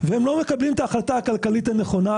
והם לא מקבלים את ההחלטה הכלכלית הנכונה,